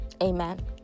Amen